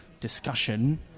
discussion